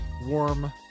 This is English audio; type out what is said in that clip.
warm